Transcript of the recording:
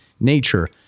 nature